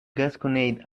gasconade